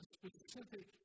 specific